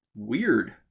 weird